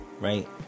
right